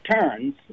turns